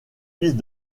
listes